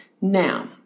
Now